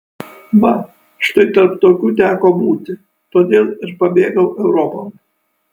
va štai tarp tokių teko būti todėl ir pabėgau europon